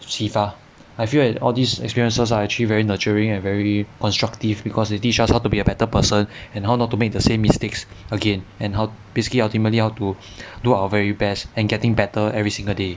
启发 I feel like all these experiences are actually very nurturing and uh very constructive because they teach us how to be a better person and how not to make the same mistakes again and how basically ultimately how to do our very best and getting better every single day